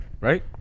right